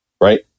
right